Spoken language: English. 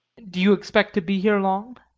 do you expect to be here long?